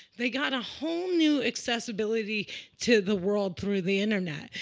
they got a whole new accessibility to the world through the internet.